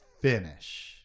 finish